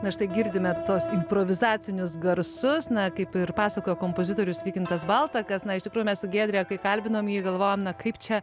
na štai girdime tuos improvizacinius garsus na kaip ir pasakojo kompozitorius vykintas baltakas iš tikrųjų mes su giedre kai kalbinom jį galvojom na kaip čia